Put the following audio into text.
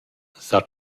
s’ha